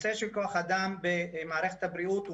נושא של כוח אדם במערכת הבריאות הוא